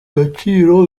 gaciro